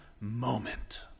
moment